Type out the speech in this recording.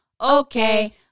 Okay